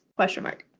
question mark?